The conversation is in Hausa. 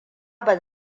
ban